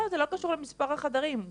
לא, זה לא קשור למספר החדרים.